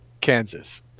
Kansas